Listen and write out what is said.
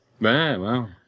wow